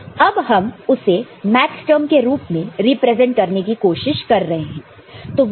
अब हम उसे मैक्सटर्म के रूप रिप्रेजेंट करने की कोशिश कर रहे हैं